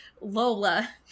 Lola